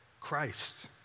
Christ